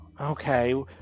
Okay